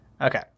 Okay